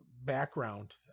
background